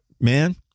Man